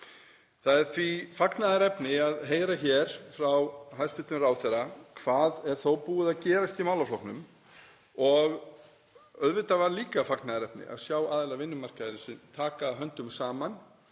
Því er fagnaðarefni að heyra frá hæstv. ráðherra hvað er þó búið að gerast í málaflokknum og auðvitað var líka fagnaðarefni að sjá aðila vinnumarkaðarins taka höndum saman